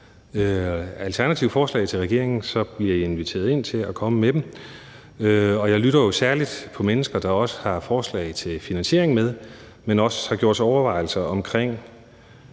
alternative forslag til regeringen, så bliver I inviteret ind til at komme med dem, og jeg lytter jo særligt til mennesker, der også har forslag til finansieringen med, men som også har gjort sig overvejelser omkring